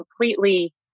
completely